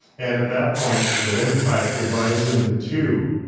and at that point the windpipe, divides into two.